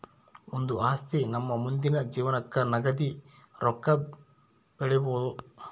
ಒಂದು ಆಸ್ತಿ ನಮ್ಮ ಮುಂದಿನ ಜೀವನಕ್ಕ ನಗದಿ ರೊಕ್ಕ ಬೆಳಿಬೊದು